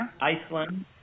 Iceland